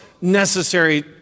necessary